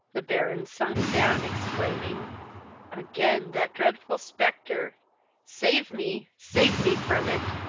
the baron sunk down, exclaiming again that dreadful spectre save me, save me, from it!